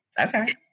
okay